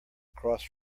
across